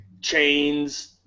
chains